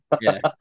Yes